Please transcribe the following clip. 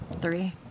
Three